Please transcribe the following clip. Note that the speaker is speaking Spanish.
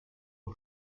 los